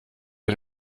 mit